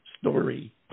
story